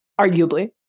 Arguably